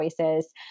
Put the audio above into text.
voices